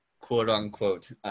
quote-unquote –